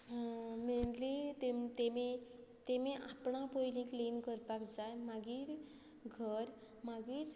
mainly तेम तांणी तांणी आपणें पयलीं क्लीन करपाक जाय मागीर घर मागीर